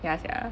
ya sia